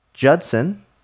judson